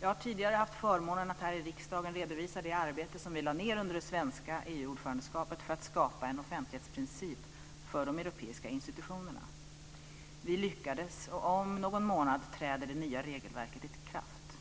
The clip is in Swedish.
Jag har tidigare haft förmånen att här i riksdagen redovisa det arbete som vi lade ned under den svenska ordförandeperioden i EU för att skapa en offentlighetsprincip för de europeiska institutionerna. Vi lyckades, och om någon månad träder det nya regelverket i kraft.